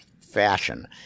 fashion